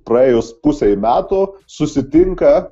praėjus pusei metų susitinka